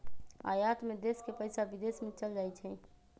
आयात में देश के पइसा विदेश में चल जाइ छइ